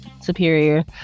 superior